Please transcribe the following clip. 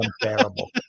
unbearable